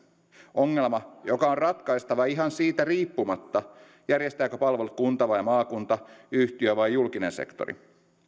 ongelma joka on ratkaistava ihan siitä riippumatta järjestääkö palvelut kunta vai maakunta yhtiö vai julkinen sektori